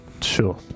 Sure